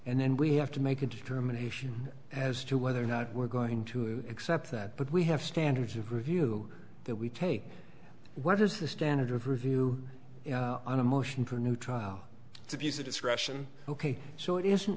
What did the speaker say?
and then we have to make a determination as to whether or not we're going to accept that but we have standards of review that we take what is the standard of review on a motion for a new trial to be used the discretion ok so it isn't